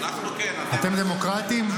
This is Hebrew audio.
אתם דמוקרטים?